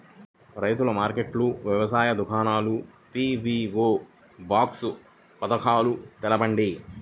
రైతుల మార్కెట్లు, వ్యవసాయ దుకాణాలు, పీ.వీ.ఓ బాక్స్ పథకాలు తెలుపండి?